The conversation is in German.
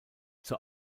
zur